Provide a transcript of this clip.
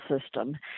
system